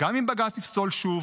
וגם אם בג"ץ יפסול שוב,